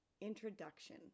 Introduction